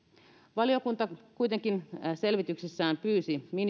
valiokunta kuitenkin selvityksessään pyysi